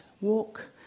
walk